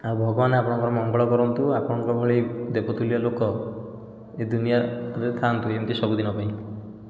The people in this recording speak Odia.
ଆଉ ଭଗବାନ ଆପଣଙ୍କର ମଙ୍ଗଳ କରନ୍ତୁ ଆପଣଙ୍କ ଭଳି ଦେବତୂଲ୍ୟ ଲୋକ ଏ ଦୁନିଆରେ ଥାଆନ୍ତୁ ଏମିତି ସବୁଦିନ ପାଇଁ